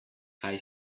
kaj